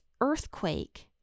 earthquake